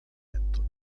momenton